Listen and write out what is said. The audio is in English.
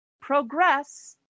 progress